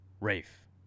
Rafe